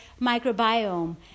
microbiome